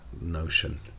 notion